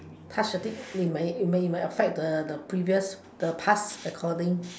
touch the thing it may it may affect the the previous the past recording